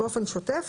באופן שוטף.